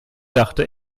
dachte